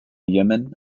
yemen